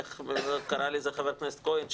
איך קרה לזה חבר כנסת כהן,